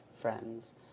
friends